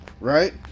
right